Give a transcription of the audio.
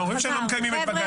אתם אומרים שלא מקיימים את בג"ץ,